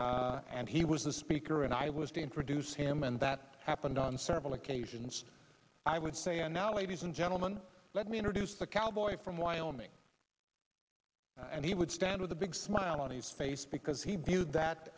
speaker and he was the speaker and i was to introduce him and that happened on several occasions i would say and now ladies and gentlemen let me introduce the cowboy from wyoming and he would stand with a big smile on his face because he believed that